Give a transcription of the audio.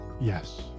Yes